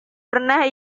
pernah